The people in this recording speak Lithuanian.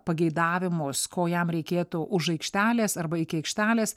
pageidavimus ko jam reikėtų už aikštelės arba iki aikštelės